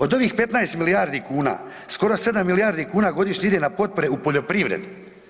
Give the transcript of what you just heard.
Od ovih 15 milijardi kuna, skoro 7 milijardi kuna godišnje ide na potpore u poljoprivredi.